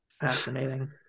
Fascinating